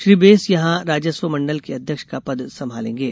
श्री बैंस यहां राजस्व मंडल के अध्यक्ष का पद संभालेंगे